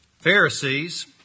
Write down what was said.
Pharisees